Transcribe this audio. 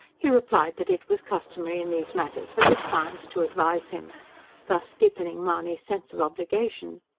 he replied that it was customary in these matters for his clients to advise him thus deepening mahony's sense of obligation.